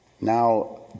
Now